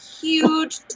huge